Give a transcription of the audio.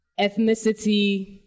ethnicity